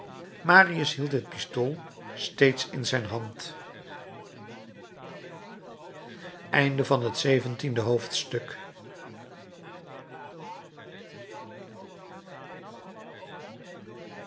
marius hield het pistool steeds in zijn hand achttiende hoofdstuk